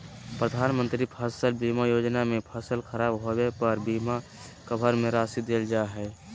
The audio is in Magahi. प्रधानमंत्री फसल बीमा योजना में फसल खराब होबे पर बीमा कवर में राशि देल जा हइ